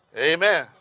Amen